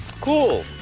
Cool